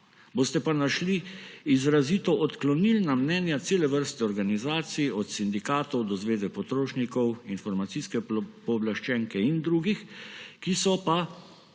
Boste pa našli izrazito odklonilna mnenja cele vrste organizacij, od sindikatov do Zveze potrošnikov, informacijske pooblaščenke in drugih, ki so pa